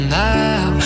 now